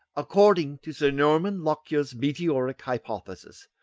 according to sir norman lockyer's meteoritic hypothesis,